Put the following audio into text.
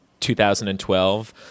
2012